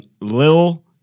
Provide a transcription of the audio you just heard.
Lil